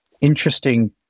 interesting